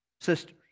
sisters